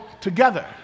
together